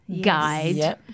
guide